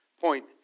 point